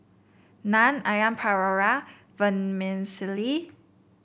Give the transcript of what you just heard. Naan Onion Pakora Vermicelli